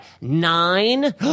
Nine